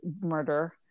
murder